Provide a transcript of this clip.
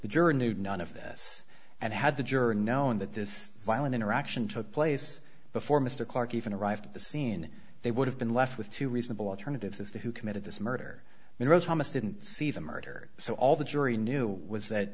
the jury knew none of this and had the juror knowing that this violent interaction took place before mr clark even arrived at the scene they would have been left with two reasonable alternatives as to who committed this murder you know thomas didn't see the murder so all the jury knew was that